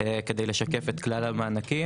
כדי לשקף את כלל המענקים.